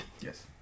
Yes